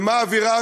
ומה האווירה,